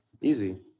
easy